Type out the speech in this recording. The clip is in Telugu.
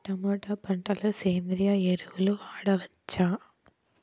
టమోటా పంట లో సేంద్రియ ఎరువులు వాడవచ్చా?